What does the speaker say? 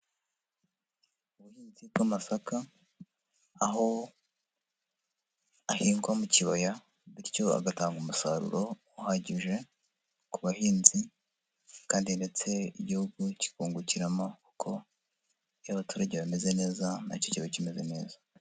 Ubuhinzi bw'amasaka, aho ahingwa mu kibaya, bityo agatanga umusaruro uhagije ku bahinzi, kandi ndetse igihugu kikungukiramo kuko iyo abaturage bameze neza, nacyo kiba kimeze neza.